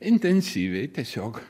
intensyviai tiesiog